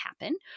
happen